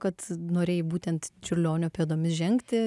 kad norėjai būtent čiurlionio pėdomis žengti